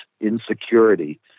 insecurity